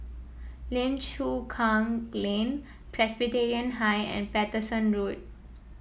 Lim Chu Kang Lane Presbyterian High and Paterson Road